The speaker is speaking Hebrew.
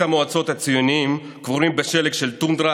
המועצות הציונים קבורות בשלג של הטונדרה,